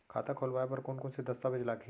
खाता खोलवाय बर कोन कोन से दस्तावेज लागही?